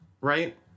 right